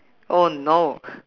oh no